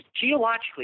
geologically